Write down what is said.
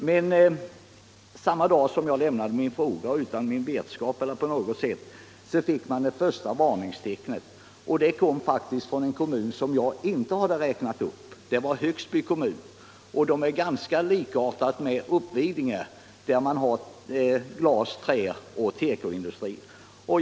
Men samma dag som jag lämnade in min fråga kom, utan att jag då kände till saken, det första varningstecknet, och det var faktiskt i en kommun som inte tillhör dem som jag tagit upp. Det var i Högsby kommun, vars näringsliv är ganska likartat det som finns i Uppvidinge, med glas-, träoch tekoindustrier.